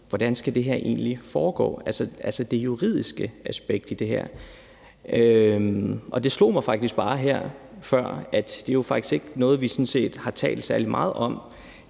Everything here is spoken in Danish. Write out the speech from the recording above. hvordan det her egentlig skal foregå, altså det juridiske aspekt i det her, og det slog mig faktisk bare her før, at det jo sådan set ikke er noget, vi har talt særlig meget om.